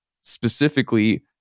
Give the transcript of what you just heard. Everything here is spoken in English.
specifically